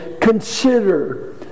consider